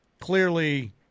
Clearly